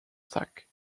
sack